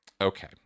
Okay